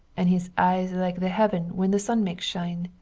and his eyes like the heaven when the sun make shine.